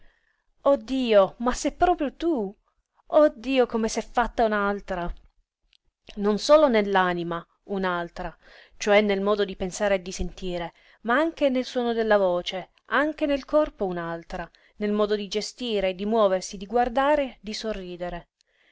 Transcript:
dio ma sei proprio tu oh dio come s'è fatta un'altra non solo nell'anima un'altra cioè nel modo di pensare e di sentire ma anche nel suono della voce anche nel corpo un'altra nel modo di gestire di muoversi di guardare di sorridere